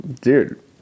Dude